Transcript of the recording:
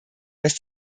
dass